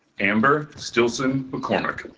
amber stillson mccormick